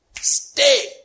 Stay